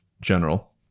general